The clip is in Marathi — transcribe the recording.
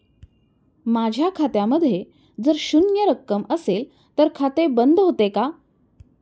माझ्या खात्यामध्ये जर शून्य रक्कम असेल तर खाते बंद होते का?